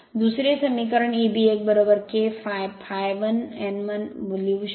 दुसरे समीकरण Eb 1 K ∅ ∅1 n 1 लिहू शकते